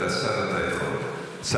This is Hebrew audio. אתה השר, אתה יכול.